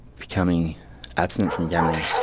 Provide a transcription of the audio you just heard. becoming absent from gambling.